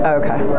okay